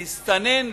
להסתנן,